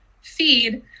feed